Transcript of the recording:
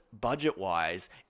budget-wise